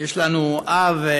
יש לנו אב,